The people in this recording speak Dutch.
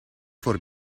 voor